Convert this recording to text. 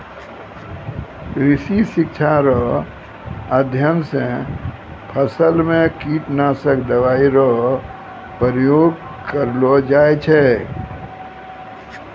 कृषि शिक्षा रो अध्ययन से फसल मे कीटनाशक दवाई रो प्रयोग करलो जाय छै